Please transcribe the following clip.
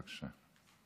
בבקשה.